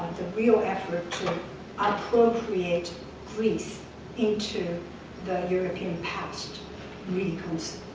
the real effort to appropriate greece into the european past really comes